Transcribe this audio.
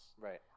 Right